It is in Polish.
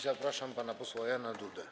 Zapraszam pana posła Jana Dudę.